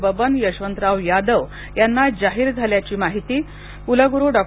बबन यशवंतराव यादव यांना जाहीर झाल्याची माहिती कुलगुरु डॉ